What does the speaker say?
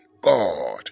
god